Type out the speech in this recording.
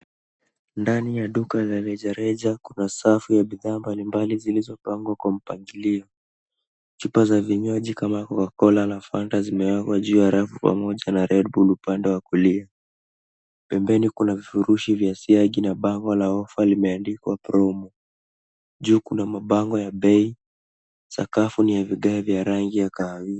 Ndani ya duka la rejareja kuna safu ya bidhaa mbalimbali zilizopangwa kwa mpangilio. Chupa za vinywaji kama Cocacola na Fanta zimewekwa juu ya rafu pamoja na Redbull upande wa kulia. Pembeni kuna vifurushi vya siagi na bango la ofa limeandikwa promo . Juu kuna mabango ya bei, sakafu ni ya vigae vya rangi ya kahawia.